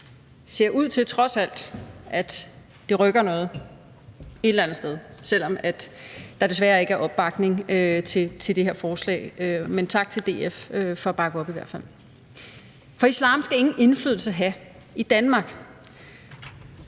ser ud til, at det trods alt rykker noget et eller andet sted, selv om der desværre ikke er opbakning til det her forslag. Men tak til DF for at bakke op i hvert fald. For islam skal ingen indflydelse have i Danmark.